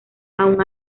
aun